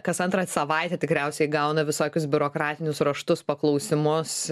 kas antrą savaitę tikriausiai gauna visokius biurokratinius raštus paklausimus